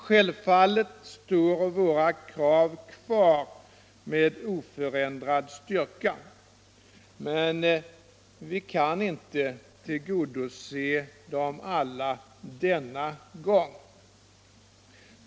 Självfallet står våra krav kvar med oförändrad styrka, men vi kan inte tillgodose dem alla på en gång.